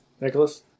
Nicholas